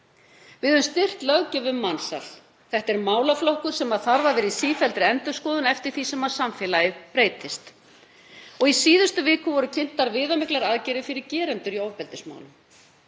Við höfum styrkt löggjöf um mansal. Það er málaflokkur sem þarf að vera í sífelldri endurskoðun eftir því sem samfélagið breytist. Í síðustu viku voru kynntar viðamiklar aðgerðir fyrir gerendur í ofbeldismálum.